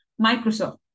microsoft